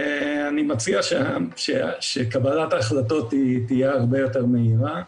אני מציע שקבלת ההחלטות תהיה הרבה יותר מהירה.